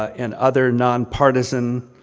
and other non-partisan